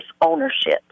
ownership